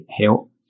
help